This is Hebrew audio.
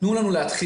תנו לנו להתחיל,